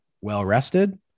well-rested